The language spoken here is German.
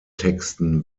texten